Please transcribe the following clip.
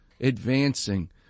advancing